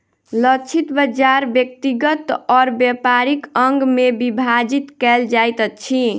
लक्षित बाजार व्यक्तिगत और व्यापारिक अंग में विभाजित कयल जाइत अछि